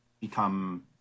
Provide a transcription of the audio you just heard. become